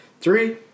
Three